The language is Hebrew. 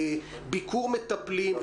ביקור מטפלים,